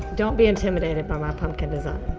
don't be intimidated by my pumpkin design,